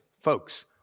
folks